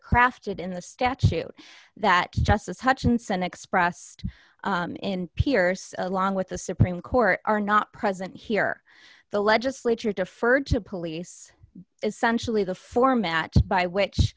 crafted in the statute that justice hutchinson expressed in pierce along with the supreme court are not present here the legislature deferred to police essentially the format by which